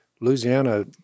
Louisiana